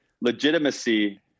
Legitimacy